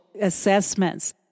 assessments